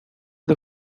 the